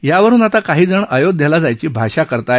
यावरुन आता काहीजण अयोध्येला जायची भाषा करत आहेत